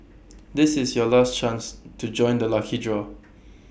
this is your last chance to join the lucky draw